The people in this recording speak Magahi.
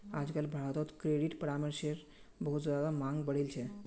आजकल भारत्त क्रेडिट परामर्शेर बहुत ज्यादा मांग बढ़ील छे